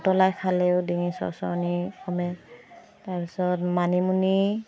উতলাই খালেও ডিঙি চৰচৰণি কমে তাৰ পিছত মানিমুনি